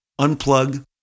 Unplug